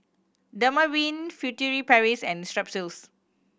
Dermaveen Furtere Paris and Strepsils